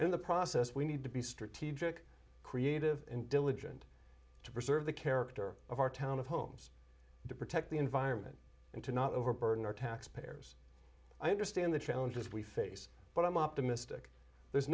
in the process we need to be strategic creative and diligent to preserve the character of our town of homes to protect the environment and to not overburden our taxpayers i understand the challenges we face but i'm optimistic there's